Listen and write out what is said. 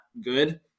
good